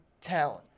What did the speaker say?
talent